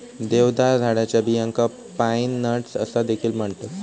देवदार झाडाच्या बियांका पाईन नट्स असा देखील म्हणतत